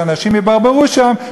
שאנשים יברברו שם,